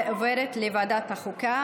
והיא עוברת לוועדת החוקה.